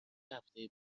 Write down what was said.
هفته